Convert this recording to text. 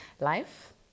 life